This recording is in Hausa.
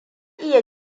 iya